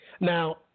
Now